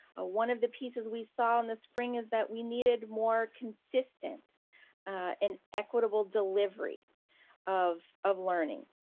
ah one of the pieces we saw in the spring is that we needed more consistent and equitable delivery of of learning.